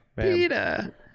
Peter